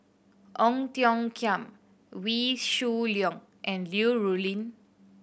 Ong Tiong Khiam Wee Shoo Leong and Liu Rulin